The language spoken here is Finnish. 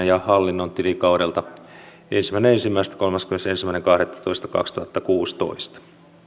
ja hallinnon tilikaudelta ensimmäinen ensimmäistä viiva kolmaskymmenesensimmäinen kahdettatoista kaksituhattakuusitoista